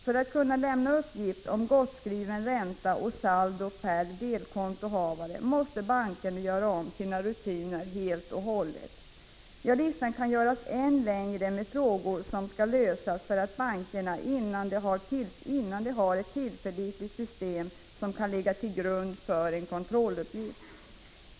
För att kunna lämna uppgift om gottskriven ränta och saldo per delkontohavare, måste bankerna göra om sina rutiner helt och hållet. Ja, listan kan göras än längre med frågor som skall lösas för bankerna innan de har ett tillförlitligt system som kan ligga till grund för en kontrolluppgift.